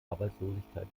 arbeitslosigkeit